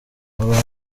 aba